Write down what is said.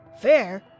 Fair